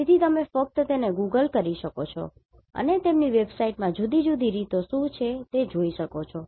તેથી તમે ફક્ત તેને ગૂગલ કરી શકો છો અને તમે તેમની વેબસાઇટ મા જુદી જુદી રીતો શું છે તે જોઈ શકો છો